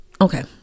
Okay